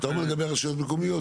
אתה אומר לגבי רשויות מקומיות,